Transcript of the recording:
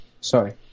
Sorry